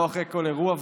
אחרי כל אירוע,